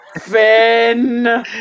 Finn